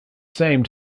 same